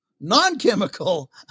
non-chemical